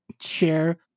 share